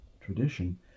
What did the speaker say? tradition